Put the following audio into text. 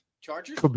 Chargers